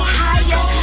higher